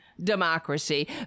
democracy